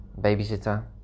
babysitter